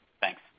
Thanks